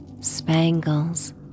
Spangles